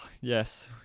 yes